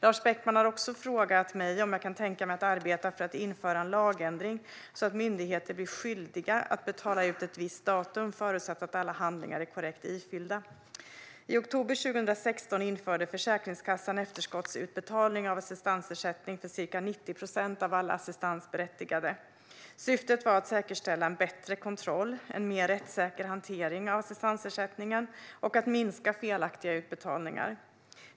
Lars Beckman har också frågat mig om jag kan tänka mig att arbeta för att införa en lagändring så att myndigheten blir skyldig att göra utbetalningar ett visst datum, förutsatt att alla handlingar är korrekt ifyllda. I oktober 2016 införde Försäkringskassan efterskottsutbetalning av assistansersättning för ca 90 procent av alla assistansberättigade. Syftet var att säkerställa en bättre kontroll och en mer rättssäker hantering av assistansersättningen samt att minska de felaktiga utbetalningarna.